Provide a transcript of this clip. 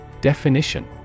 Definition